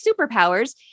superpowers